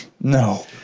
No